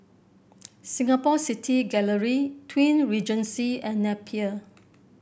Singapore City Gallery Twin Regency and Napier